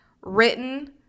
written